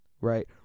right